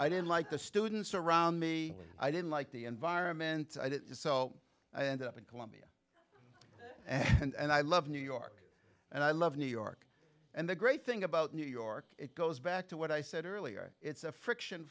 i didn't like the students around me i didn't like the environment so i ended up in columbia and i love new york and i love new york and the great thing about new york it goes back to what i said earlier it's a friction